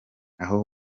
aho